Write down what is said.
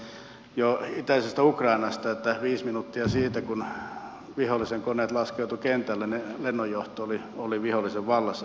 me tiedämme jo itäisestä ukrainasta että viisi minuuttia siitä kun vihollisen koneet laskeutuivat kentälle lennonjohto oli vihollisen vallassa